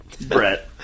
Brett